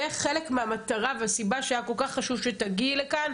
זה חלק מהמטרה והסיבה שהיה כל כך חשוב שתגיעי לכאן,